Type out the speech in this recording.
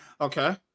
Okay